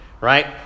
right